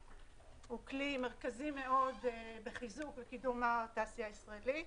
הוא כלי מרכזי מאוד בחיזוק וקידום התעשייה הישראלית.